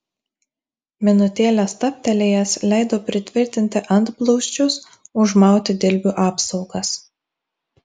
minutėlę stabtelėjęs leido pritvirtinti antblauzdžius užmauti dilbių apsaugas